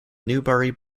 newbury